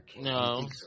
no